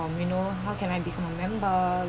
or you know how can I become a member